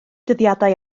dyddiadau